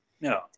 No